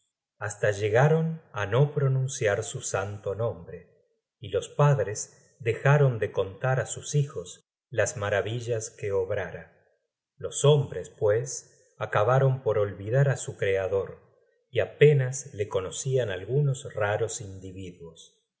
hasta llegaron á no pronunciar su santo nombre y los padres dejaron de contar á sus hijos las maravillas que obrara los hombres pues acabaron por olvidar á su criador y apenas le conocian algunos raros individuos